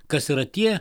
kas yra tie